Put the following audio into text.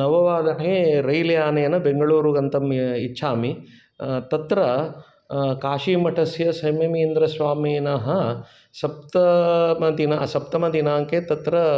नववादने रैल्यानेन बेङ्गळूरु गन्तुम् इच्छामि तत्र काशीमठस्य सम्यमीन्द्रस्वामिनः सप्ताम सप्तमदिनाङ्के तत्र